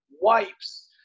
wipes